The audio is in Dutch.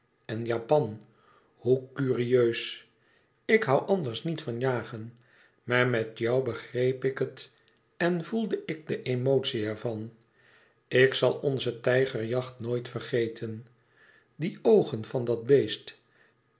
en japan hoe curieus ik hoû anders niet van jagen maar met jou begreep ik het en voelde ik de emotie er van ik zal onze tijgerjacht nooit vergeten die oogen van dat beest